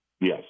Yes